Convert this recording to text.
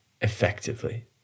effectively